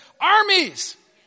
armies